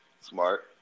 Smart